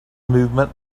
movement